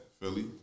Philly